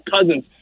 cousins